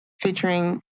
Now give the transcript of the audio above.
featuring